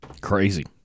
Crazy